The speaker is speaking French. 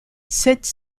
cette